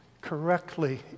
correctly